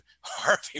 Harvey